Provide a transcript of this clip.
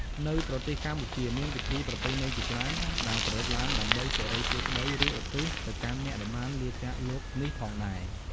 នៅប្រទេសកម្ពុជា មានពិធីប្រពៃណីជាច្រើន ដែលប្រារព្ធឡើងដើម្បីសិរីសួស្តី ឬឧទ្ទិស ទៅកាន់អ្នកដែលបានលាចាកលោកនេះផងដែរ។